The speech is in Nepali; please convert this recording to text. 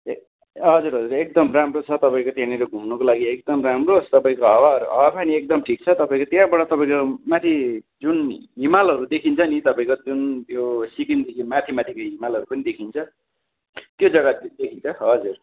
ए हजुर हजुर एकदम राम्रो छ तपाईँको त्यहाँनिर घुम्नुको लागि एकदम राम्रो तपाईँको हावा हावापानी एकदम ठिक छ तपाईँको त्यहाँबाट तपाईँको माथि जुन हिमालहरू देखिन्छ नि तपाईँको जुन त्यो सिक्किमदेखि माथि माथिको हिमालहरू पनि देखिन्छ त्यो जग्गा चाहिँ देखिन्छ हजुर